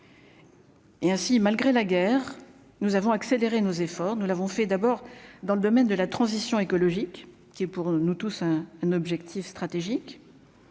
Et ainsi, malgré la guerre nous avons accélérer nos efforts, nous l'avons fait d'abord dans le domaine de la transition écologique qui est pour nous tous, hein, un objectif stratégique